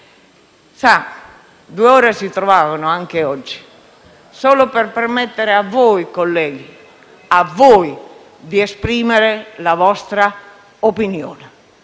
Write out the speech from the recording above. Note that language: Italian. due ore si trovavano anche oggi, solo per permettere a voi, colleghi, a voi, di esprimere la vostra opinione,